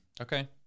Okay